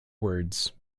words